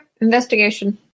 investigation